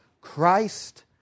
Christ